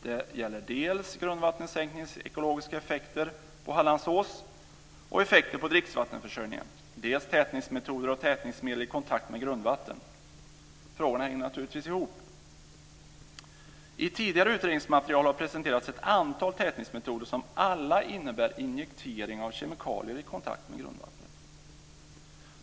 Det gäller dels grundvattensänkningens ekologiska effekter på Hallandsås och effekter på dricksvattenförsörjningen, dels tätningsmetoder och tätningsmedel i kontakt med grundvatten. Frågorna hänger naturligtvis ihop. I tidigare utredningsmaterial har det presenterats ett antal tätningsmetoder som alla innebär injektering av kemikalier i kontakt med grundvatten.